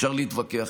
אפשר להתווכח,